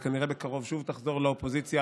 וכנראה בקרוב שוב תחזור לאופוזיציה,